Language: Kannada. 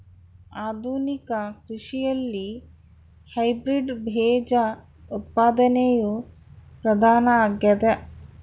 ಆಧುನಿಕ ಕೃಷಿಯಲ್ಲಿ ಹೈಬ್ರಿಡ್ ಬೇಜ ಉತ್ಪಾದನೆಯು ಪ್ರಧಾನ ಆಗ್ಯದ